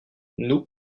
nous